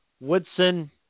Woodson